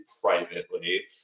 privately